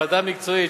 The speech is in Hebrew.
ועדה מקצועית,